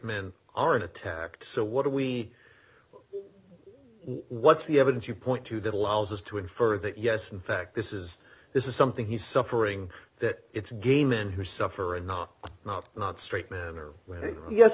men are attacked so what are we what's the evidence you point to that allows us to infer that yes in fact this is this is something he's suffering that it's gay men who suffer a not not not straight manner yes